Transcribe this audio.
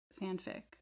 fanfic